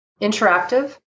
interactive